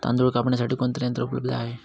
तांदूळ कापण्यासाठी कोणते यंत्र उपलब्ध आहे?